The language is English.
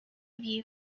view